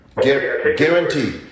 Guaranteed